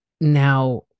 Now